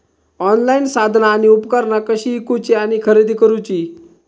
Online साधना आणि उपकरणा कशी ईकूची आणि खरेदी करुची?